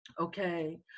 okay